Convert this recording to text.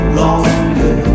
longer